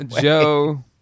Joe